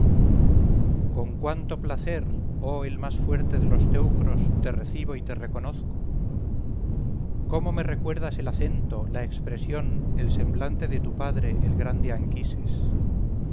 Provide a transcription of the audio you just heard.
con cuánto placer oh el más fuerte de los teucros te recibo y te reconozco cómo me recuerdas el acento la expresión el semblante de tu padre el grande